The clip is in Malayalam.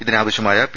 ഇതിനാവശ്യമായ പി